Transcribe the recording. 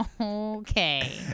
Okay